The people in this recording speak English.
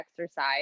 exercise